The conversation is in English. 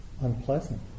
unpleasant